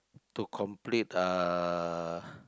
to complete uh